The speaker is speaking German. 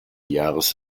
jahres